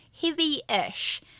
heavy-ish